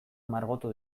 margotu